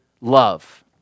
love